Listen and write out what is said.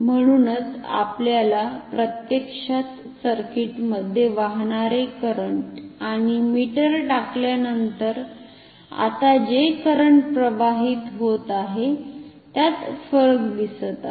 म्हणूनच आपल्याला प्रत्यक्षात सर्किटमध्ये वाहणारे करंट आणि मीटर टाकल्यानंतर आता जे करंट प्रवाहित होत आहे त्यात फरक दिसत आहे